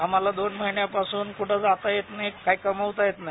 आम्हाला दोन महिन्यापासून कुठे जाता येते नाही काही कमवता येत नाही